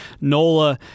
Nola